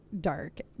dark